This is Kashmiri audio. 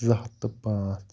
زٕ ہَتھ تہٕ پانٛژھ